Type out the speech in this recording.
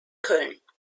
köln